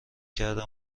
کردم